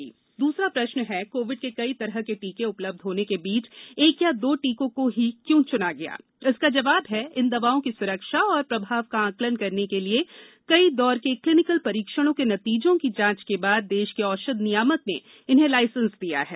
सवाल दूसरा प्रश्न है कोविड के कई तरह के टीके उपलब्ध होने के बीच एक या दो टीकों को ही क्यों चुना गया जवाब इसका जवाब है इन दवाओं की सुरक्षा और प्रभाव का आकलन करने के लिए कई दौर के क्लिनिकल परीक्षणों के नतीजों की जांच के बाद देश के औषध नियामक ने इन्हें लाइसेंस दिया है